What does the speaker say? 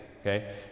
okay